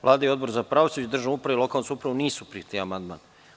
Vlada i Odbor za pravosuđe, državnu upravu i lokalnu samoupravu nisu prihvatili amandman.